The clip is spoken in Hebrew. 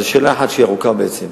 זאת שאלה אחת שהיא ארוכה בעצם.